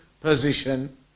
position